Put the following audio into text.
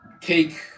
cake